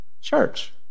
church